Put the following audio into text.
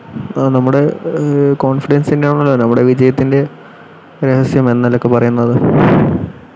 നമ്മുടെ കോൺഫിഡൻസിൻ്റെ നമ്മുടെ വിജയത്തിൻ്റെ രഹസ്യം എന്നൊക്കെ പറയുന്നത്